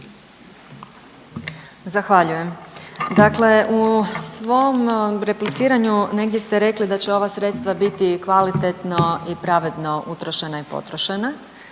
Zahvaljujem. Dakle u svom repliciranju negdje ste rekli da će ova sredstva biti kvalitetno i pravedno utrošena i potrošena,